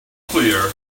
clear